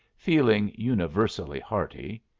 feeling universally hearty.